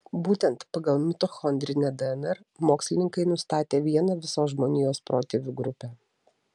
būtent pagal mitochondrinę dnr mokslininkai nustatė vieną visos žmonijos protėvių grupę